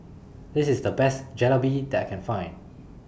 This IS The Best Jalebi that I Can Find